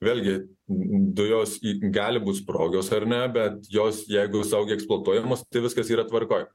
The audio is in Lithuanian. vėlgi dujos į gali būti sprogios ar ne bet jos jeigu saugiai eksploatuojamos tai viskas yra tvarkoj